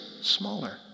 smaller